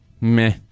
meh